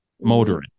motoring